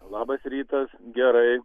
labas rytas gerai